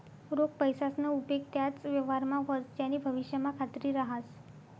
रोख पैसासना उपेग त्याच व्यवहारमा व्हस ज्यानी भविष्यमा खात्री रहास